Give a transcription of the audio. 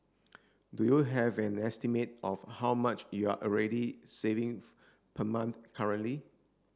do you have an estimate of how much you're already saving per month currently